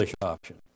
option